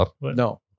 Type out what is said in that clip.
No